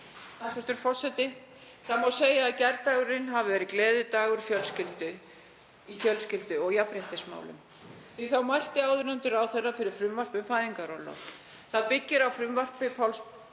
Það má segja að gærdagurinn hafi verið gleðidagur í fjölskyldu- og jafnréttismálum því að þá mælti áðurnefndur ráðherra fyrir frumvarpi um fæðingarorlof. Það byggir á frumvarpi Páls